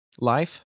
Life